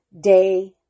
day